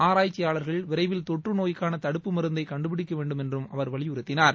ஆராய்ச்சியாளர்கள் விரைவில் தொற்று நோய்க்கான தடுப்பு மருந்தை கண்டுபிடிக்க வேண்டும் என்றும் அவர் வலியுறுத்தினார்